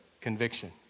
Conviction